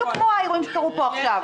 בדיוק כמו האירועים שקרו פה עכשיו.